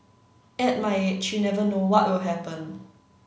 at my age you never know what will happen